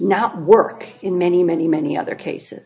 not work in many many many other cases i